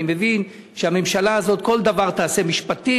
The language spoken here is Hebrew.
אני מבין שהממשלה הזאת כל דבר תעשה משפטית.